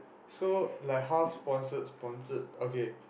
so like how sponsored sponsored okay